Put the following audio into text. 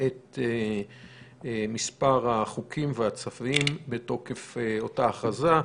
את מספר החוקים והצווים בתוקף אותה הכרזה.